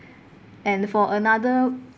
and for another